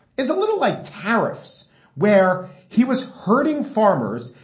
it's a little like tariffs where he was hurting farmers,